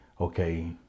okay